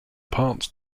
parts